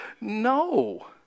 no